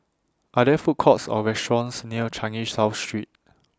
Are There Food Courts Or restaurants near Changi South Street